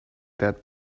that